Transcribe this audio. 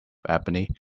ebony